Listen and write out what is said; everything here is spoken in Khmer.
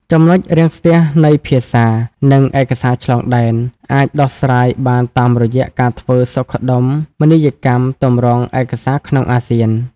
ចំណុចរាំងស្ទះនៃ "ភាសា និងឯកសារឆ្លងដែន" អាចដោះស្រាយបានតាមរយៈការធ្វើសុខដុមនីយកម្មទម្រង់ឯកសារក្នុងអាស៊ាន។